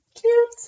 Cute